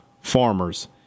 Farmers